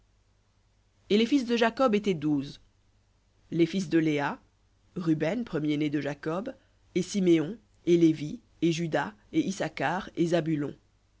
et les fils de jacob étaient douze les fils de léa ruben premier-né de jacob et siméon et lévi et juda et issacar et zabulon